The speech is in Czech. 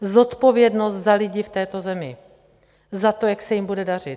Zodpovědnost za lidi v této zemi, za to, jak se jim bude dařit.